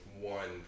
one